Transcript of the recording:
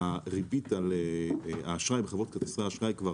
הריבית והאשראי בחברות כרטיסי האשראי כבר